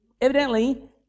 Evidently